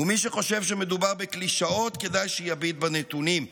ומי שחושב שמדובר בקלישאות, כדאי שיביט בנתונים.